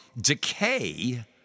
decay